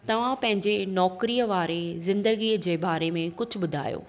तव्हां पंहिंजे नौकिरीअ वारी ज़िंदगीअ जे बारे में कुझु ॿुधायो